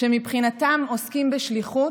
שמבחינתם עוסקים בשליחות,